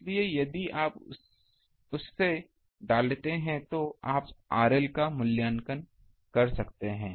इसलिए यदि आप उस से डालते हैं तो आप RL का मूल्यांकन कर सकते हैं